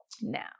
Now